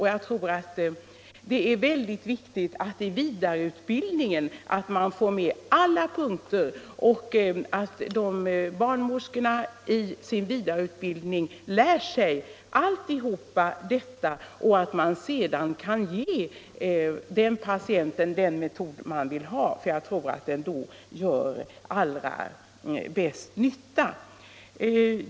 Jag tror att det är väldigt viktigt att man i vidareutbildningen får med alla punkter så att barnmorskorna får lära sig alla metoder och sedan kan ge patienten den typ av smärtlindring som hon vill ha. Då gör vidareutbildningen allra mest nytta.